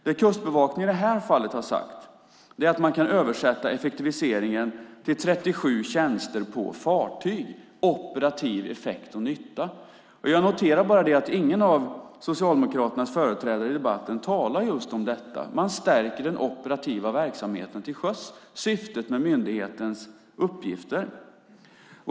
Det Kustbevakningen i det här fallet har sagt är att man kan översätta effektiviseringen till 37 tjänster på fartyg, operativ effekt och nytta. Jag noterar bara att ingen av Socialdemokraternas företrädare i debatten talar just om detta. Man stärker den operativa verksamheten till sjöss - syftet med myndighetens uppgifter.